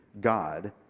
God